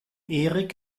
erik